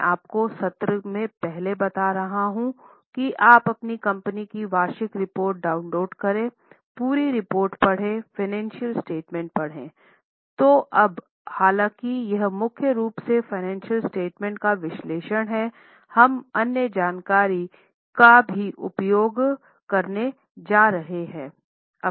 मैं आपको पहले सत्र से बता रहा हूं कि आप अपनी कंपनी की वार्षिक रिपोर्ट डाउनलोड करेंपूरी रिपोर्ट पढ़ेंफ़ाइनेंशियल स्टेटमेंट का विश्लेषण हम अन्य जानकारी का भी उपयोग करने जा रहे हैं